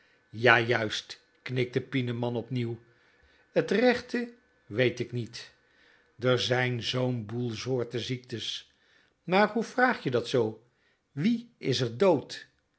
ja juist knikte pieneman opnieuw t rechte weet k niet d'r zijn zoo'n boel soorten ziekten maar hoe vraag je dat zoo wie is r dood